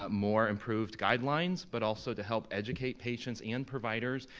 ah more improved guidelines, but also to help educate patients and providers,